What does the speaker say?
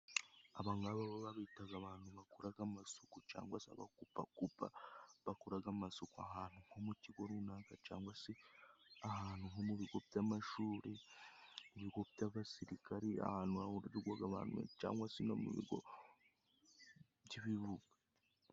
Abangababo bitaga abantu bakoraga amasuku cangwa se abakupakupa, bakoraga amasuku ahantu nko mu kigo runaka cyangwa se ahantu nko mu bigo by'amashuri, nko mu bigo by'abasirikari ahantu hahurirwaga abantu cyangwa se no mu bigo by'ibibuga.